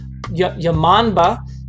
Yamanba